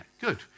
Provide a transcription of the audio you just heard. Good